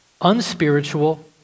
unspiritual